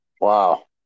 Wow